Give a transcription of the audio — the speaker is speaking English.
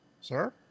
Sir